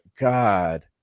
god